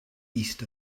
east